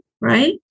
right